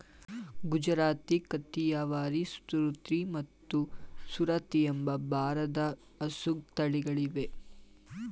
ಗುಜರಾತಿ, ಕಾಥಿಯವಾರಿ, ಸೂರ್ತಿ ಮತ್ತು ಸುರತಿ ಎಂಬ ಭಾರದ ಹಸು ತಳಿಗಳಿವೆ